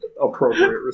Appropriate